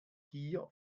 gier